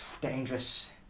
Dangerous